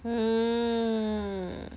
hmm